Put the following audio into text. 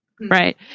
Right